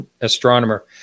Astronomer